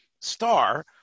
star